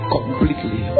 Completely